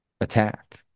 attack